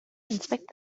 inspected